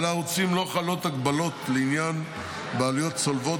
על הערוצים לא חלות הגבלות לעניין בעלויות צולבות